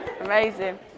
Amazing